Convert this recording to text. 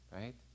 Right